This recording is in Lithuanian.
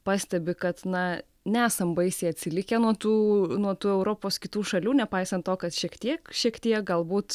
pastebi kad na nesam baisiai atsilikę nuo tų nuo tų europos kitų šalių nepaisant to kad šiek tiek šiek tiek galbūt